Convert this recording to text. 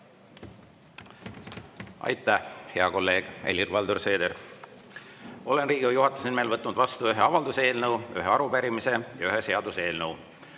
Aitäh, hea kolleeg Helir-Valdor Seeder! Olen Riigikogu juhatuse nimel võtnud vastu ühe avalduse eelnõu, ühe arupärimise ja ühe seaduseelnõu.